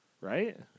right